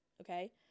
okay